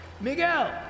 Miguel